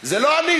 לא,